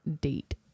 date